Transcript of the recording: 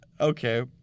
Okay